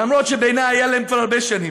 אף שבעיני היה להם כבר הרבה שנים,